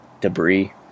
debris